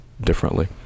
differently